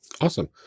awesome